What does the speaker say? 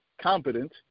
competent